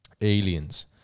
aliens